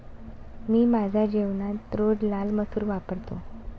मी माझ्या जेवणात रोज लाल मसूर वापरतो